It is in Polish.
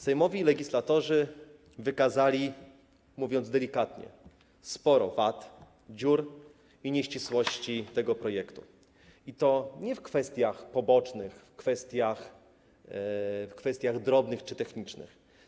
Sejmowi legislatorzy wykazali, mówiąc delikatnie, sporo wad, dziur i nieścisłości tego projektu, i to nie w kwestiach pobocznych, w kwestiach drobnych czy technicznych.